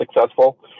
successful